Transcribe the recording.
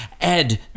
Ed